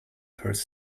purse